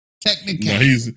Technically